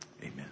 amen